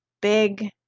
big